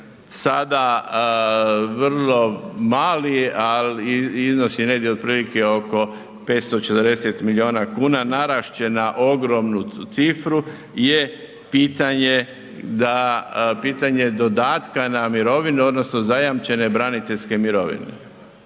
sada vrlo mali, a iznosi negdje otprilike oko 540 milijuna kuna, narast će na ogromnu cifru je pitanje dodatka na mirovinu odnosno zajamčene braniteljske mirovine.